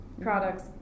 products